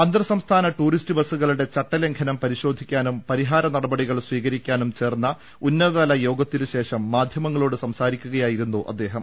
അന്തർസംസ്ഥാന ടൂറിസ്റ്റ് ബസ്സുകളുടെ ചട്ടലംഘനം പരി ശോധിക്കാ്നും പരിഹാരനടപടികൾ സ്വീകരിക്കാനും ചേർന്ന ഉന്നതതല യോഗത്തിനു ശേഷം മാധ്യമങ്ങളോട് സംസാരിക്കു കയായിരുന്നു അദ്ദേഹം